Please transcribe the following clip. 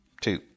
two